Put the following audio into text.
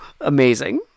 Amazing